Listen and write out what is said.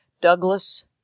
Douglas